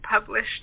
published